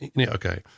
Okay